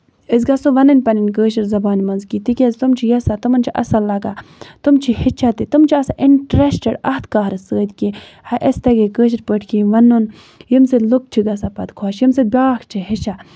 أسۍ گژھو وَنٕنۍ پَنٕنۍ کٲشِر زَبانہِ منٛز کیٚنٛہہ تِکیازِ تِم چھِ یَژھان تِمَن چھِ اَصٕل لَگان تِم چھِ ہیٚچھان تہِ تِم چھِ آسان اِنٹرَسٹڈ اَتھ کار سۭتۍ کہِ ہا اَسہِ تَگہِ ہے کٲشِر پٲٹھۍ کیٚنہہ ونُن ییٚمہِ سۭتۍ لُکھ چھِ گژھان پَتہٕ خۄش ییٚمہِ سۭتۍ بیاکھ چھِ پَتہٕ ہیٚچھان